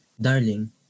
Darling